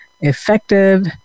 effective